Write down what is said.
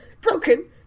broken